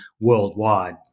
worldwide